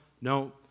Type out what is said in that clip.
no